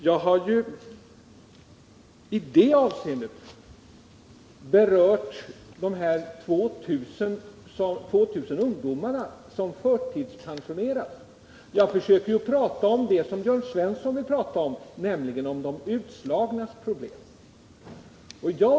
Jag har i det avseendet berört frågan om de 2 000 ungdomarna, som har förtidspensionerats. Jag försöker ju prata om det som Jörn Svensson vill prata om, nämligen de utslagnas problem.